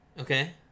Okay